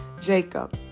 Jacob